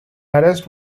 arrest